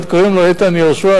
אחד קוראים לו איתן יהושע,